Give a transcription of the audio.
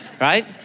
right